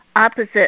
opposite